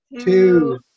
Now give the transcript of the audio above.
two